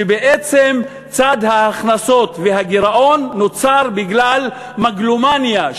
שבעצם צד ההכנסות והגירעון נוצר בגלל מגלומניה,